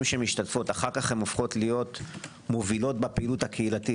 שמשתתפות אחר כך הופכות להיות מובילות בפעילות הקהילתית